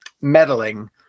meddling